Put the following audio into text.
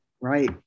Right